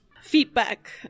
feedback